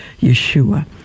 Yeshua